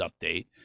update